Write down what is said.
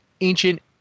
ancient